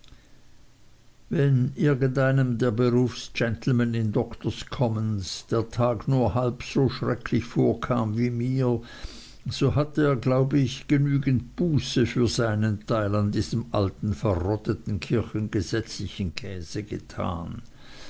wenn irgend einem der berufsgentlemen in doktors commons der tag nur halb so schrecklich vorkam wie mir so hat er glaube ich genügend buße für seinen teil an diesem alten verrotteten kirchengesetzlichen käse getan